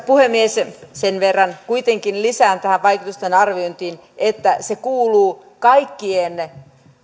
puhemies sen verran kuitenkin lisään tähän vaikutusten arviointiin että se kuuluu kaikkien